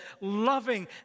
loving